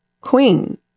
queen